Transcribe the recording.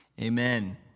Amen